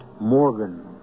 Morgan